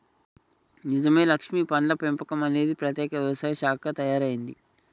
నిజమే లక్ష్మీ పండ్ల పెంపకం అనేది ప్రత్యేక వ్యవసాయ శాఖగా తయారైంది